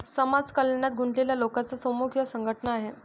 समाज कल्याणात गुंतलेल्या लोकांचा समूह किंवा संघटना आहे